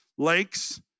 lakes